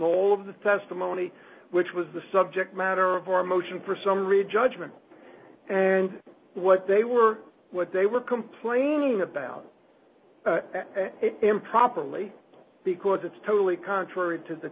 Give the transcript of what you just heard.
all of the testimony which was the subject matter of our motion for summary judgment and what they were what they were complaining about improperly because it's totally contrary to the